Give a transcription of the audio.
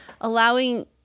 Allowing